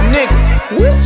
Nigga